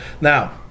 Now